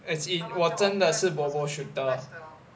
as in 我真的是 bobo shooter